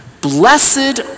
Blessed